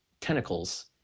tentacles